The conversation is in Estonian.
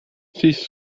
siis